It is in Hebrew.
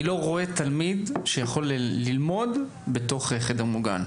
אני לא רואה תלמיד שיכול ללמוד בתוך חדר מוגן.